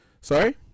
Sorry